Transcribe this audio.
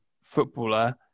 footballer